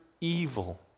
evil